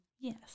yes